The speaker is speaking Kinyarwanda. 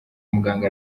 muganga